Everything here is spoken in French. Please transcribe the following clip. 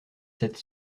sept